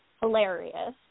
hilarious